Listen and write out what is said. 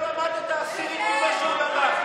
הרי לא למדת עשירית ממה שהוא למד.